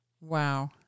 Wow